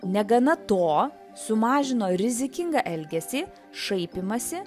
negana to sumažino rizikingą elgesį šaipymąsi